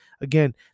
Again